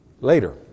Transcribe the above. later